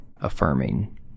affirming